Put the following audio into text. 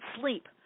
sleep